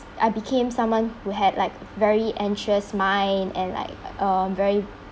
I became someone who had like very anxious mind and like uh very